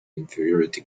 inferiority